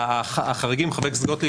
החריגים חברת הכנסת גוטליב,